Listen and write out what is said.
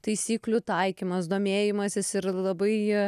taisyklių taikymas domėjimasis ir labai